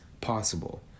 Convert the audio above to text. possible